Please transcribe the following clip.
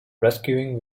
rescuing